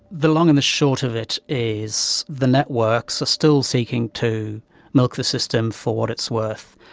the long and the short of it is the networks are still seeking to milk the system for what it's worth.